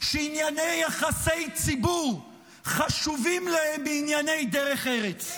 שענייני יחסי ציבור חשובים להם מענייני דרך ארץ.